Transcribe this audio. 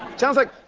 sounds like.